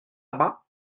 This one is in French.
bas